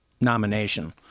nomination